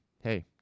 Hey